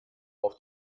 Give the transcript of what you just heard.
auf